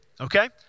okay